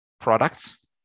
products